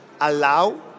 allow